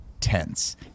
Tense